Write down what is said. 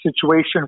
situation